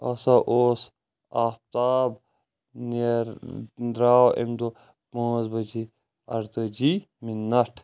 ہسا اوس آفتاب نیر درٛاو امہِ دۄہ پانٛژ بَجے اَرتٲجی مِنَٹھ